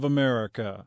America